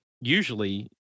usually